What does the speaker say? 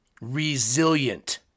resilient